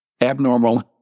abnormal